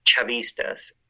chavistas